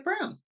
Brown